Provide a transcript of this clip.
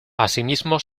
asimismo